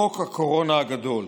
חוק הקורונה הגדול,